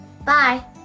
Bye